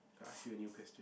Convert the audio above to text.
I ask you a new question